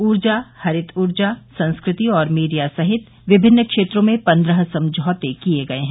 ऊर्जा हरित ऊर्जा संस्कृति और मीडिया सहित विमिन्न क्षेत्रों में पन्द्रह समझौते किए गए हैं